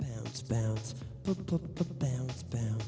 bam bam bam bam